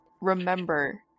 remember